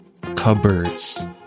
cupboards